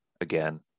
again